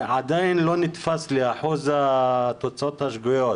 עדיין לא נתפס לי אחוז התוצאות השגויות